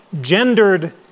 gendered